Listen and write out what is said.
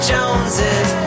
Joneses